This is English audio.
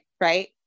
right